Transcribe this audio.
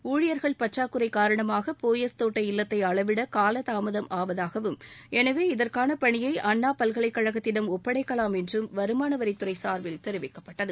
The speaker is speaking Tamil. ஊழியர்கள் பற்றாக்குறை காரணமாக போயஸ் தோட்ட இல்லத்தை அளவிட காலதாமதம் ஆவதாகவும் எனவே இதற்கான பனியை அண்ணா பல்கலைக்கழகத்திடம் ஒப்படைக்கலாம் என்றும் வருமானவரித்துறை சார்பில் தெரிவிக்கப்பட்டது